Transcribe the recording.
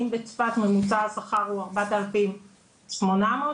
אם בצפת ממוצע השכר הוא 4,800 שקל,